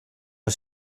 als